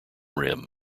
rim